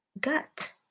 gut